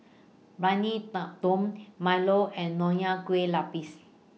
Briyani Dum Milo and Nonya Kueh Lapis